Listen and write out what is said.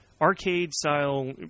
arcade-style